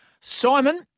Simon